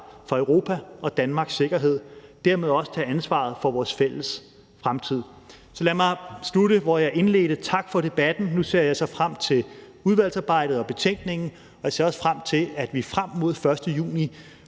for Europa og Danmarks sikkerhed og dermed også tage ansvaret for vores fælles fremtid. Så lad mig slutte, hvor jeg indledte, med at sige tak for debatten. Nu ser jeg så frem til udvalgsarbejdet og betænkningen, og jeg ser også frem til, at vi frem mod den 1. juni